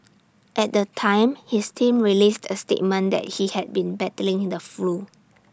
at the time his team released A statement that he had been battling in the flu